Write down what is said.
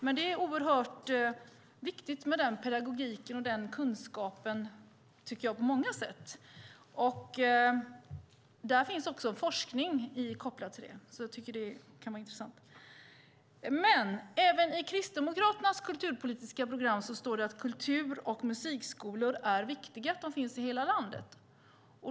Men den pedagogiken och den kunskapen är oerhört viktig på många sätt, tycker jag. Det finns också forskning kopplad till det. Jag tycker därför att det kan vara intressant. Även i Kristdemokraternas kulturpolitiska program står det att det är viktigt att det finns kultur och musikskolor i hela landet.